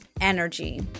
energy